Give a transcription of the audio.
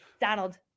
Donald